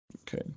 Okay